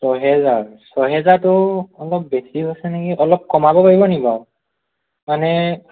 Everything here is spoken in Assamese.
ছয়হেজাৰ ছয়হেজাৰটো অলপ বেছি হৈছে নেকি অলপ কমাব পাৰিব নেকি বাও মানে